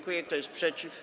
Kto jest przeciw?